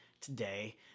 today